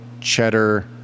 cheddar